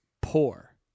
poor